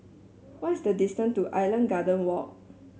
what is the distance to Island Garden Walk